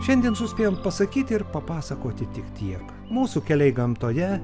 šiandien suspėjom pasakyti ir papasakoti tik tiek mūsų keliai gamtoje